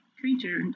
creature